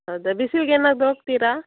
ಹೌದಾ ಬಿಸಿಲ್ಗೆನಾದರೂ ಹೋಗ್ತಿರ